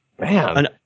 man